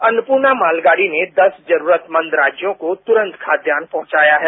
अन्नपूर्णा मालगाड़ी ने दस जरूरतमंद राज्यों को तुरंत खाद्यान्न पहुंचाया है